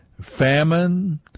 famine